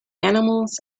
animals